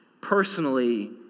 personally